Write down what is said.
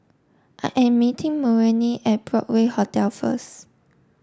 I am meeting Marolyn at Broadway Hotel first